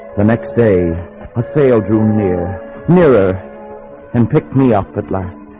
the next day a sail drew near mirror and picked me up at last